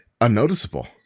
unnoticeable